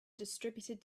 distributed